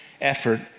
effort